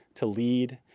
to lead,